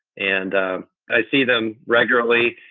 and i see them regularly.